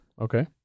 Okay